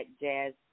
jazz